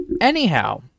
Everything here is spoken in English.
Anyhow